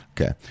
Okay